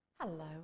Hello